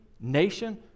nation